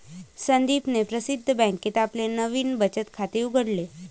संदीपने प्रसिद्ध बँकेत आपले नवीन बचत खाते उघडले